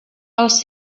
els